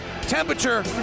Temperature